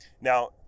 Now